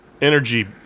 energy